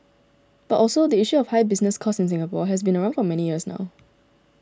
but also the issue of high business costs in Singapore has been around for many years now